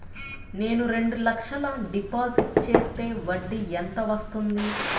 నేను రెండు లక్షల డిపాజిట్ చేస్తే వడ్డీ ఎంత వస్తుంది?